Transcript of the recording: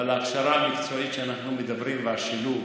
אבל ההכשרה המקצועית שאנחנו מדברים עליה, השילוב,